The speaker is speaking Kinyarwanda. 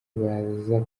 baja